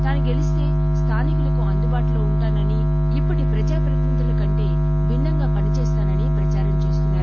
తాను గెలిస్త స్లానికులకు అందుబాటులో ఉంటానని ఇప్పటి ప్రజా ప్రతినిధుల కంటే భిన్సంగా పని చేస్తానని ప్రదారం చేస్తున్నారు